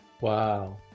Wow